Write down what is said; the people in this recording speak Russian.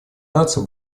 наций